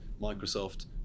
Microsoft